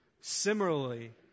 Similarly